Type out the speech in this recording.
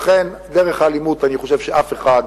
לכן, דרך האלימות, אני חושב שאף אחד